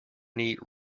neat